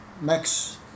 max